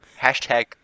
Hashtag